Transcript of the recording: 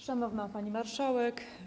Szanowna Pani Marszałek!